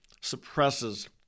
suppresses